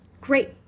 Great